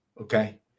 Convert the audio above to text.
Okay